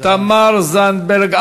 תמר זנדברג.